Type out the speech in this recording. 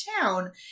town